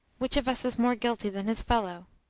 which of us is more guilty than his fellow?